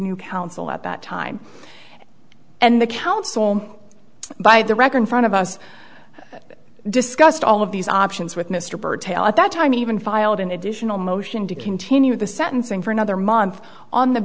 new counsel at that time and the counsel by the record front of us discussed all of these options with mr byrd tail at that time even filed an additional motion to continue the sentencing for another month on the